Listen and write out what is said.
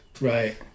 Right